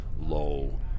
low